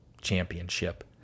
Championship